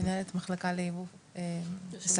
מנהלת מחלקה לייבוא סמים,